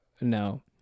No